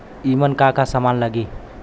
ईमन का का समान लगी?